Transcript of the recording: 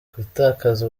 gutakaza